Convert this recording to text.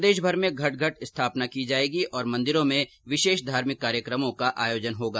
प्रदेश भर में घर घर घट स्थापना की जायेगी और मंदिरों में विशेष धार्मिक कार्यक्रमों का आयोजन होगा